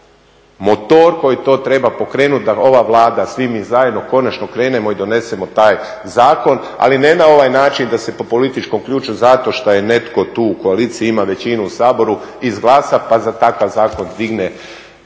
motor koji to treba pokrenuti da ova Vlada, svi mi zajedno konačno krenemo i donesemo taj zakona, ali ne na ovaj način da se po političkom ključu zato što je netko tu u koaliciji ima većinu u Saboru, izglasa pa za takav zakon digne